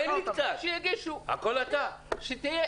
שתהיה